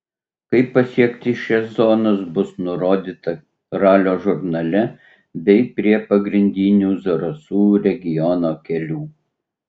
kaip pasiekti šias zonas bus nurodyta ralio žurnale bei prie pagrindinių zarasų regiono kelių